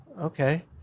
Okay